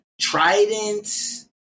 tridents